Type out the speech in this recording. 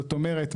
זאת אומרת,